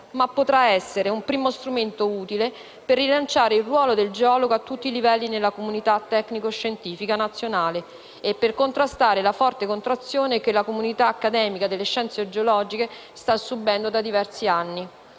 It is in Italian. ma potrà essere un primo strumento utile per rilanciare il ruolo del geologo a tutti i livelli nella comunità tecnico-scientifica nazionale e per contrastare la forte contrazione che la comunità accademica delle scienze geologiche sta subendo da diversi anni,